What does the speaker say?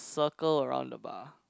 circle around the bar